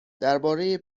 درباره